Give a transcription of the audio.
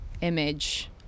image